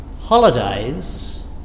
holidays